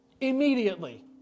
immediately